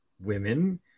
women